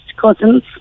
cousins